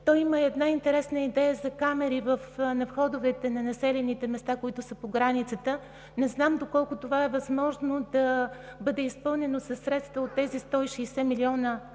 Той има интересна идея за камери на входовете на населените места, които са по границата. Не знам доколко това е възможно да бъде изпълнено със средства от тези 160 млн.